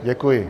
Děkuji.